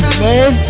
man